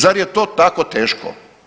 Zar je to tako teško?